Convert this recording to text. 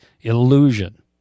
illusion